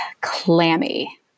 clammy